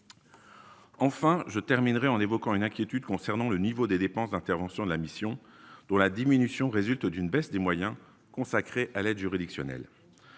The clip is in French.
Enfin, je terminerai en évoquant une inquiétude concernant le niveau des dépenses d'intervention de la mission dont la diminution résulte d'une baisse des moyens consacrés à l'aide juridictionnelle,